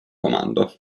comando